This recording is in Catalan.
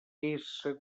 mysql